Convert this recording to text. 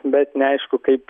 bet neaišku kaip